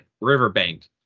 riverbank